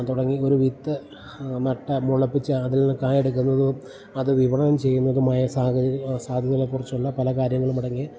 തുടങ്ങി ഒരു വിത്ത് മൊട്ട് മുളപ്പിച്ച് അതിൽ നിന്ന് കായെടുക്കുന്നതും അത് വിപണം ചെയ്യുന്നതുമായ സാഹചര്യ സാധ്യതകളെ കുറിച്ചുള്ള പല കാര്യങ്ങളും തുടങ്ങി